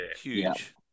Huge